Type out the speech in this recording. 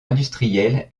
industrielle